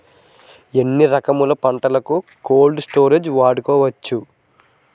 ఎన్ని రకములు పంటలకు కోల్డ్ స్టోరేజ్ వాడుకోవచ్చు?